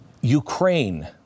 Ukraine